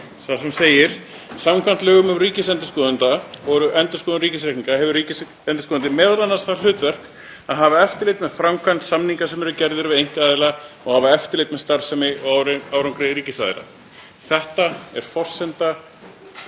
þar sem segir: „Samkvæmt lögum um ríkisendurskoðanda og endurskoðun ríkisreikninga hefur ríkisendurskoðandi m.a. það hlutverk að hafa eftirlit með framkvæmd samninga sem eru gerðir við einkaaðila og hafa eftirlit með starfsemi og árangri ríkisaðila.“ Þetta er forsenda